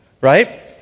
Right